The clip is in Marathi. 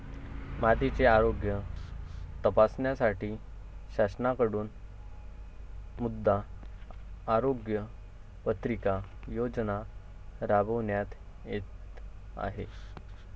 मातीचे आरोग्य तपासण्यासाठी शासनाकडून मृदा आरोग्य पत्रिका योजना राबविण्यात येत आहे